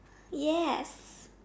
yes